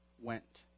went